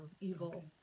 evil